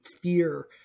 fear